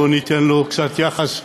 בואו ניתן לו קצת יחס מיוחד,